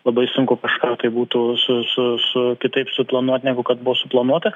labai sunku kažką tai būtų su su su kitaip suplanuot negu kad buvo suplanuota